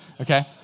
okay